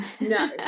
No